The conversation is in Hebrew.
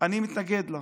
אני מתנגד לה.